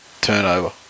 turnover